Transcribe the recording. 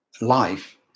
life